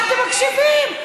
אתם מקשיבים.